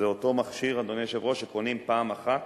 זה אותו מכשיר, אדוני היושב-ראש, שקונים פעם אחת,